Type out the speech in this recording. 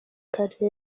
karere